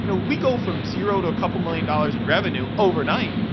you know we go from zero to a couple of million dollars in revenue overnight.